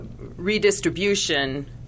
redistribution